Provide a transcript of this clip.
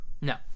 No